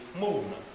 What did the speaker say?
movement